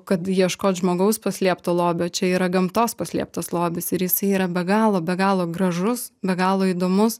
kad ieškot žmogaus paslėpto lobio čia yra gamtos paslėptas lobis ir jisai yra be galo be galo gražus be galo įdomus